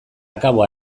akabo